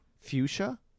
Fuchsia